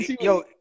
yo